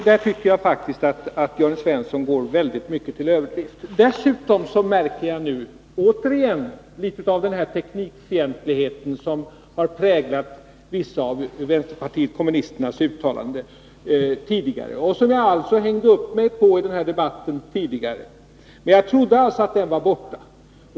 Jag tycker faktiskt att Jörn Svensson går till mycket stor överdrift. Dessutom märker jag återigen litet av den teknikfientlighet som präglat vissa av vänsterpartiet kommunisternas uttalanden tidigare och som jag då hängde upp mig på i debatten. Men jag trodde att den inställningen var borta.